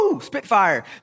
spitfire